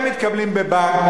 הם מתקבלים בבנק.